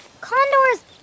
condors